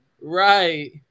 right